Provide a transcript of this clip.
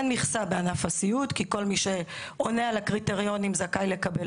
אין מכסה בענף הסיעוד כי כל מי שעונה על הקריטריונים זכאי לקבל